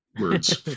words